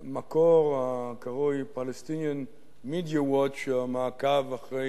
הקרוי Palestinian Media Watch, מעקב אחרי